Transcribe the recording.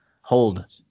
Hold